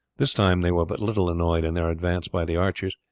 this time they were but little annoyed in their advance by the archers.